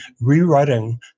rewriting